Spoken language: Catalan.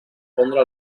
pondre